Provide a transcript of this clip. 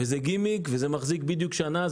זה גימיק וזה מחזיק בדיוק שנה.